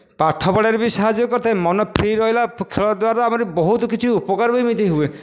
ପାଠ ପଢ଼ାରେ ବି ସାହାଯ୍ୟ କରିଥାଏ ମନ ଫ୍ରି ରହିଲା ଖେଳ ଦ୍ୱାରା ଆମରି ବହୁତ କିଛି ଉପକାର ବି ଏମିତି ହୁଏ